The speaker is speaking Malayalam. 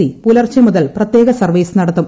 സി പുലർച്ചെ മുതൽ പ്രത്യേക സർവ്വീസ് നടത്തും